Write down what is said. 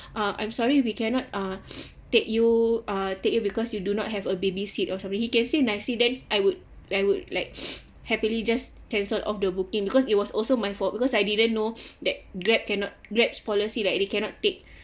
uh I'm sorry we cannot uh take you uh take you because you do not have a babysit or something he can say nicely then I would I would like happily just cancel of the book because it was also my fault because I didn't know that grab cannot grab's policy like they cannot take